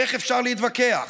איך אפשר להתווכח?